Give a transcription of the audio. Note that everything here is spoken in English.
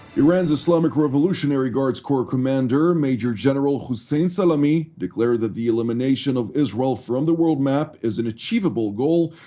iran's islamic revolutionary guards corps commander major general hossein salami declared that the elimination of israel from the world map is an achievable goal,